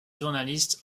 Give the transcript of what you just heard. journaliste